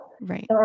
right